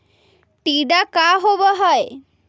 टीडा का होव हैं?